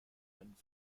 einen